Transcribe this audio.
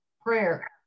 Prayer